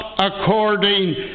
according